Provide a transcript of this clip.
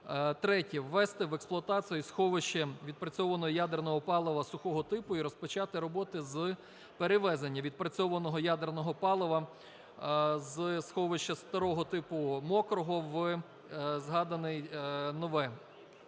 Третє – ввести в експлуатацію сховище відпрацьованого ядерного палива сухого типу і розпочати роботи з перевезення відпрацьованого ядерного палива з сховища старого типу, мокрого, в згадане нове.